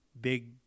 big